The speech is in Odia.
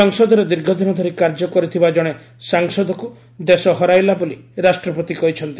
ସଂସଦରେ ଦୀର୍ଘଦିନ ଧରି କାର୍ଯ୍ୟ କରିଥିବା ଜଣେ ସାଂସଦଙ୍କୁ ଦେଶ ହରାଇଲା ବୋଲି ରାଷ୍ଟ୍ରପତି କହିଛନ୍ତି